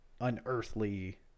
unearthly